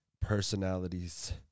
personalities